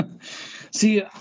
See